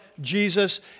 Jesus